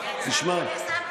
תשמע.